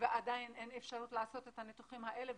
ועדין אין אפשרות לעשות את הניתוחים האלה,